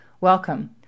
Welcome